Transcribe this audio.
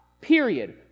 Period